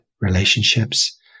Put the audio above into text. relationships